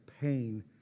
pain